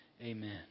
amen